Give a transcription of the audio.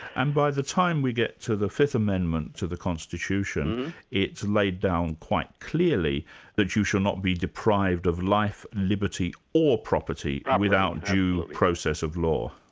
and by the time we get to the fifth amendment to the constitution, it's laid down quite clearly that you shall not be deprived of life, liberty or property without due process of law.